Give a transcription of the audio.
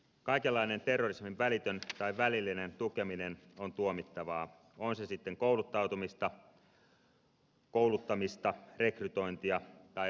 kaikenlainen terrorismin välitön tai välillinen tukeminen on tuomittavaa on se sitten kouluttautumista kouluttamista rekrytointia tai rahoittamista